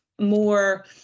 more